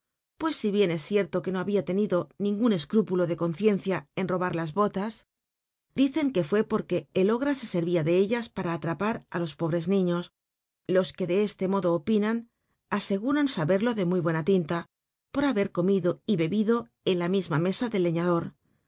pues si bien e cierto que no hahia tenido ningun escrúpulo do conciencia en robar la botas dicen que rué porque el ogra se sen ia de ellas para atrapar il lo pobre niiio los que de c te mo lo opinan aslguran saberlo de muy buena tinl l pnrhabcr comid o y bebido cn la misma me a del lcii